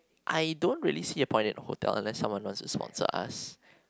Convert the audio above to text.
I don't really see a point in hotel unless someone wants to sponsor us